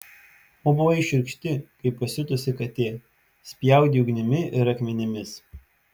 o buvai šiurkšti kaip pasiutusi katė spjaudei ugnimi ir akmenimis